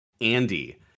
Andy